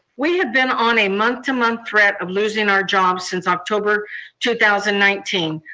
we have been on a month to month threat of losing our jobs since october two thousand nineteen.